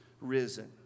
risen